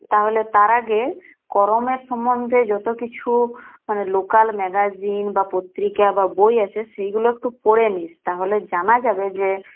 তাহলে তার আগে করমের সম্বন্ধে যতকিছু মানে লোকাল ম্যাগাজিন বা পত্রিকা বা বই আছে সেইগুলো একটু পড়ে নিস তাহলে জানা যাবে যে